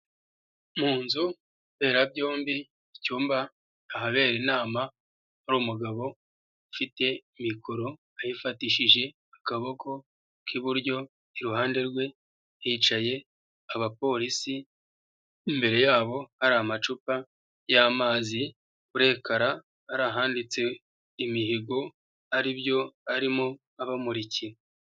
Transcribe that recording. Mu nzu mberabyombi icyumba ahabera inama, hari umugabo ufite mikoro ayifatishije akaboko k'iburyo, iruhande rwe hicaye abapolisi imbere yabo hari amacupa y'amazi, kuri ekara hari ahanditse imihigo aribyo arimo abamurikiye.